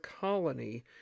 colony